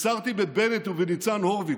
הפצרתי בבנט ובניצן הורוביץ,